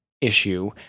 issue